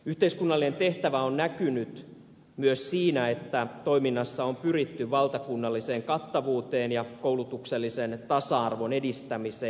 yhteiskunnallinen tehtävä on näkynyt myös siinä että toiminnassa on pyritty valtakunnalliseen kattavuuteen ja koulutuksellisen tasa arvon edistämiseen